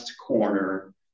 corner